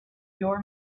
your